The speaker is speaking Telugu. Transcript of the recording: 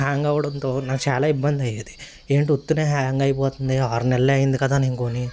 హ్యాంగ్ అవ్వడంతో నాకు చాలా ఇబ్బంది అయ్యేది ఏంటి ఉత్తునే హ్యాంగ్ అయిపోతుంది ఆరునెల్లె అయింది కదా నేను కొని